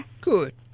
Good